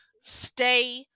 Stay